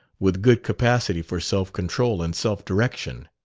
with good capacity for self-control and self-direction.